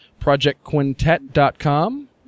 projectquintet.com